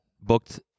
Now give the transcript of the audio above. Booked